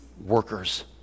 workers